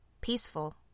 Peaceful